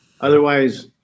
Otherwise